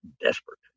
desperate